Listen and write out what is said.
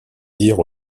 dires